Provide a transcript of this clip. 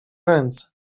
ręce